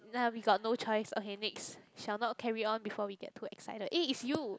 ya we got no choice okay next shall not carry on before we get too excited eh it's you